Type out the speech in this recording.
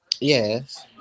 Yes